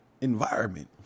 environment